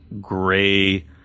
gray